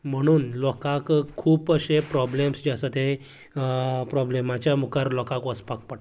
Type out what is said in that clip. म्हणून लोकांक खूब अशें प्रॉब्लम्स जे आसा ते प्रॉब्लेमाच्या मुखार लोकांक वचपाक पडटा